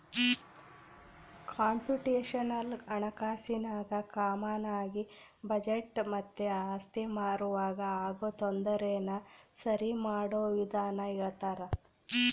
computational ಹಣಕಾಸಿನಾಗ ಕಾಮಾನಾಗಿ budget ಮತ್ತೆ ಆಸ್ತಿ ಮಾರುವಾಗ ಆಗೋ ತೊಂದರೆನ ಸರಿಮಾಡೋ ವಿಧಾನ ಹೇಳ್ತರ